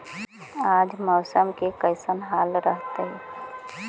आज मौसम के कैसन हाल रहतइ?